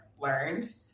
learned